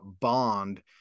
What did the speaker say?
bond